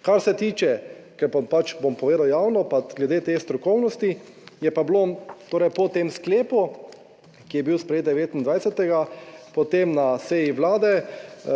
Kar se tiče, ker bom povedal javno, pa glede te strokovnosti, je pa bilo torej, po tem sklepu, ki je bil sprejet 29. potem na seji Vlade,